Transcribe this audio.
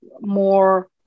more